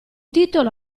titolo